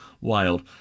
wild